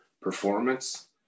performance